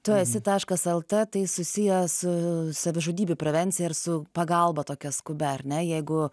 tu esi taškas lt tai susiję su savižudybių prevencija ir su pagalba tokia skubia ar ne jeigu